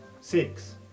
Six